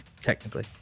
technically